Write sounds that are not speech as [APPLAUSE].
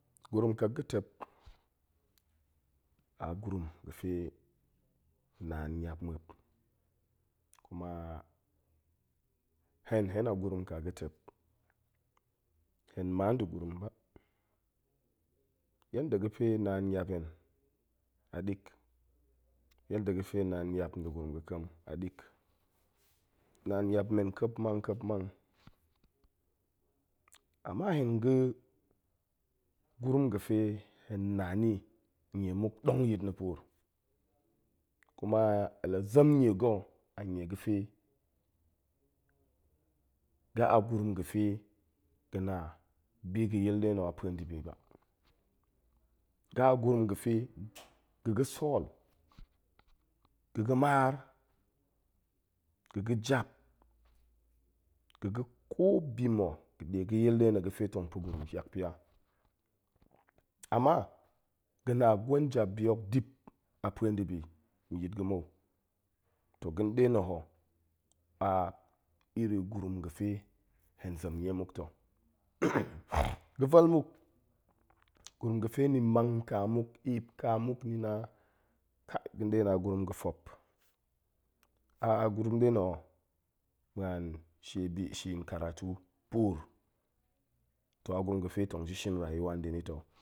Gurum ƙek ga̱tep a gurum ga̱fe naan niap muop, kuma hen- hen a gurum ka ga̱tep, hen ma nda̱ gurum ba, yan da ga̱fe naan niap hen a nik, yan da ga̱fe naan niap nda̱ gurum ga̱ kem a nik. naan niap men a ƙepman-ƙepmang. ama hen ga̱ gurum ga̱fe hen na ni, nie muk ɗong yit na̱ puur, kuma la zem nie ga̱ a nie ga̱fe ga̱ a gurum ga̱fe ga̱ na bi ga̱ yil nḏe na̱ a puo nibi ba. ga̱ a gurum ga̱fe ga̱ ga̱ sool, ga̱ ga̱ maar, ga̱ga̱ jap. ga̱ ga̱ ko bi mo ga̱ ɗe ga̱yil ɗe na̱ ga̱fe tong pa̱ gurum ƙiak pia, ama ga̱na gwen jap bi hok dip a puo ndibi nyit ga̱ mou. toh ga̱n ɗe na̱ ho a iri gurum ga̱fe hen zem nie muk to [NOISE] ga̱vel, gurum ga̱ fe ni mang ƙa muk, eep ƙa muk ni na, ga̱n ɗe na̱ a gurum ga̱ fop, a gurum ɗe na̱ ho ma̱an shie bi, shin karatu puur. to a gurum ga̱fe tong ji shin rayuwa nda̱ ni to,